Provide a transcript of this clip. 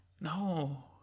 No